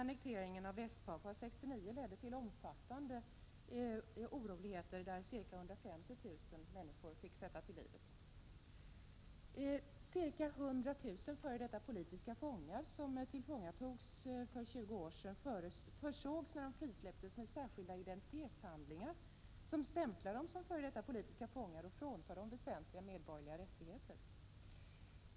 Annekteringen av Väst-Papua 1969 ledde också till omfattande oroligheter, där ca 150 000 människor fick sätta livet till. Ca 100 000 f.d. politiska fångar, som greps för 20 år sedan, försågs när de frisläpptes med särskilda identitetshandlingar, som stämplar dem som f. d. politiska fångar och fråntar dem väsentliga medborgerliga rättigheter.